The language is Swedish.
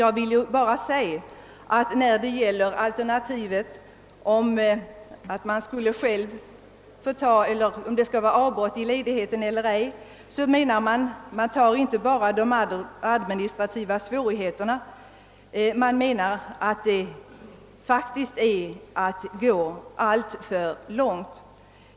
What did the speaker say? Jag skall inte redogöra för de olika alternativen, men vill framhålla att införande av möjlighet att själv få bestämma det antal dagar av 180 man vill vara borta från förvärvsarbete inte bara skulle medföra administrativa svårigheter utan enligt kommitténs mening också vara alltför långtgående.